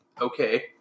okay